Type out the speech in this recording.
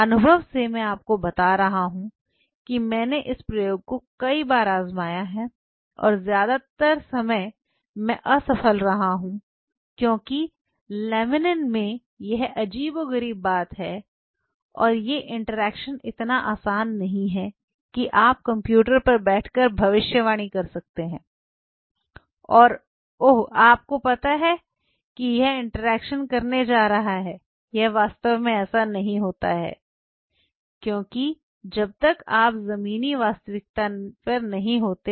अनुभव से मैं आपको बता रहा हूं कि मैंने इस प्रयोग को कई बार आजमाया है और ज्यादातर समय मैं असफल रहा हूं क्योंकि लेमिनेन में यह अजीबोगरीब बात है और ये इंटरैक्शन इतना आसान नहीं है कि आप कंप्यूटर पर बैठकर भविष्यवाणी कर सकते हैं और ओह आपको पता है कि यह इंटरैक्शन करने जा रहा है यह वास्तव में ऐसा नहीं होता है क्योंकि जब तक आप जमीनी वास्तविकता पर नहीं होते हैं